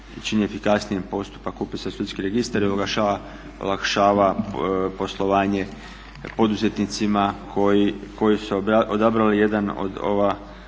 i čini efikasnijim postupak upisa u sudski registar i olakšava poslovanje poduzetnicima koji su odabrali jedan od ova